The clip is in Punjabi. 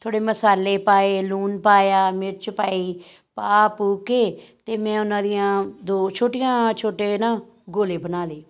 ਥੋੜ੍ਹੇ ਮਸਾਲੇ ਪਾਏ ਲੂਣ ਪਾਇਆ ਮਿਰਚ ਪਾਈ ਪਾ ਪੂ ਕੇ ਅਤੇ ਮੈਂ ਉਹਨਾਂ ਦੀਆਂ ਦੋ ਛੋਟੀਆਂ ਛੋਟੇ ਨਾ ਗੋਲੇ ਬਣਾ ਲਏ